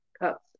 cups